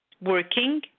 working